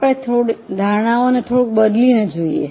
આપણે ધારણાઓને થોડું બદલી ને જોઈએ